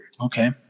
okay